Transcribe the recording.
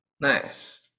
Nice